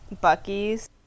Bucky's